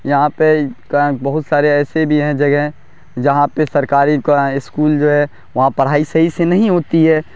یہاں پہ بہت سارے ایسے بھی ہیں جگہیں جہاں پہ سرکاری اسکول جو ہے وہاں پڑھائی صحیح سے نہیں ہوتی ہے